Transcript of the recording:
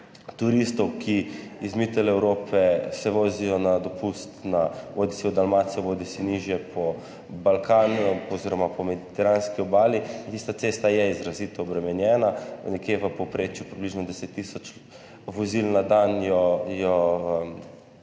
turistov, ki se iz Mitteleurope vozijo na dopust, bodisi v Dalmacijo bodisi nižje po Balkanu oziroma po mediteranski obali. Tista cesta je izrazito obremenjena, v povprečju jo prevozi približno 10 tisoč vozil na dan in